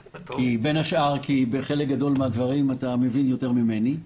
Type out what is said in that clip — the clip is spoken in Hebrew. בין השאר כי בחלק גדול מן הדברים אתה מבין יותר ממני.